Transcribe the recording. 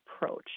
approach